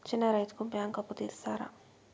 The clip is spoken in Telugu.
చిన్న రైతుకు బ్యాంకు అప్పు ఇస్తారా?